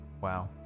Wow